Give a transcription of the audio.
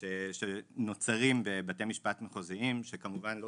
שנוצרים בבתי משפט מחוזיים שכמובן לא